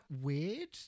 weird